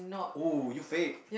oh you fake